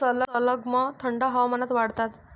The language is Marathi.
सलगम थंड हवामानात वाढतात